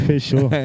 Fechou